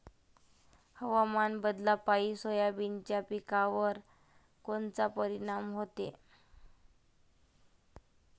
हवामान बदलापायी सोयाबीनच्या पिकावर कोनचा परिणाम होते?